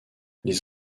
les